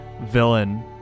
villain